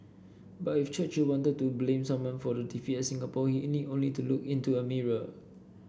but if Churchill wanted to blame someone for the defeat at Singapore he need only to look into a mirror